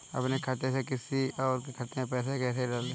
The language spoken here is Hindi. अपने खाते से किसी और के खाते में पैसे कैसे डालें?